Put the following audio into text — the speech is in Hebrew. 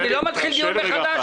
אני לא מתחיל דיון מחדש.